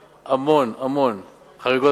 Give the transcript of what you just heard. אני מבין, אורי, שאתה מתייחס לנקודה